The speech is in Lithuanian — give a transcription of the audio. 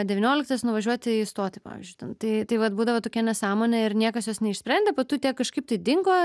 devynioliktas nuvažiuoti į stotį pavyzdžiui ten tai tai vat būdavo tokia nesąmonė ir niekas jos neišsprendė po tų tiek kažkaip tai dingo